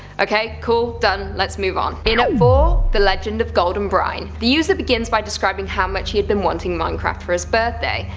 ok, cool, done, let's move on. four the legend of golden brine the user begins by describing how much he had been wanting minecraft for his birthday,